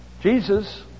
Jesus